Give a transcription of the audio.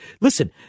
Listen